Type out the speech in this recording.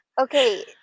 Okay